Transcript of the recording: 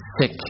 sick